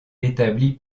établie